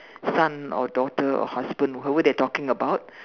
son or daughter or husband or whoever they talking about